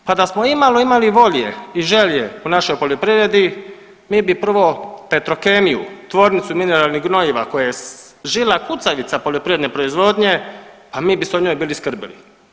Pa da smo imali imalo volje i želje u našoj poljoprivredi mi bi prvo Petrokemiju, tvornicu mineralnih gnojiva koja je žila kucavica poljoprivredne proizvodnje pa mi bi se o njoj bili skrbili.